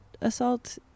assault